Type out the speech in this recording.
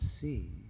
see